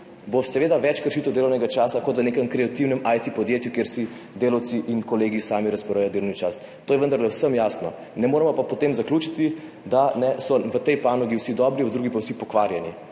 bo več kršitev delovnega časa kot v nekem kreativnem IT podjetju, kjer si delavci in kolegi sami razporejajo delovni čas. To je vendarle vsem jasno. Ne moremo pa potem zaključiti, da so v tej panogi vsi dobri, v drugi pa vsi pokvarjeni.